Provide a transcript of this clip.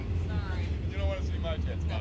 sorry. and you don't wanna see my tits,